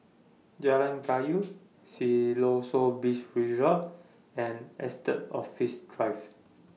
Jalan Kayu Siloso Beach Resort and Estate Office Drive